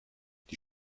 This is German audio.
die